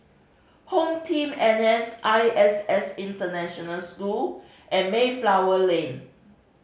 HomeTeam N S I S S International School and Mayflower Lane